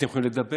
אתם יכולים לדבר.